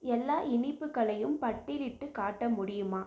எல்லா இனிப்புகளையும் பட்டியலிட்டுக் காட்ட முடியுமா